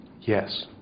Yes